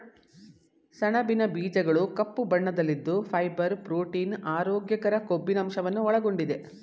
ಸಣಬಿನ ಬೀಜಗಳು ಕಪ್ಪು ಬಣ್ಣದಲ್ಲಿದ್ದು ಫೈಬರ್, ಪ್ರೋಟೀನ್, ಆರೋಗ್ಯಕರ ಕೊಬ್ಬಿನಂಶವನ್ನು ಒಳಗೊಂಡಿದೆ